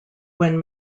when